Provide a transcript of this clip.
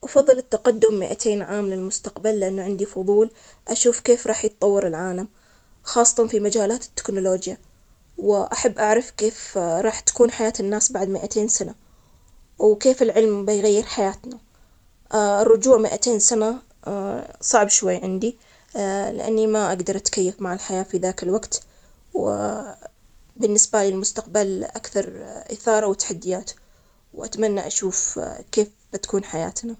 أفضل التقدم مائتين عام للمستقبل، لأنه عندي فضول أشوف كيف رح يتطور العالم خاصة في مجالات التكنولوجيا، وأحب أعرف كيف رح تكون حياة الناس بعد مائتين سنة، وكيف العلم بيغير حياتنا، الرجوع مائتين سنة، صعب شوي عندي، لأني ما أجدر أتكيف مع الحياة في ذاك الوقت، و. بالنسبالى للمستقبل. أكثر إثارة وتحديات. وأتمنى أشوف كيف بتكون حياتنا.